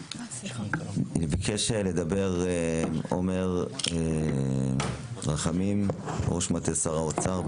ביקש לדבר עומר רחמים, ראש מטה שר האוצר.